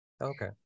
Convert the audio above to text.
Okay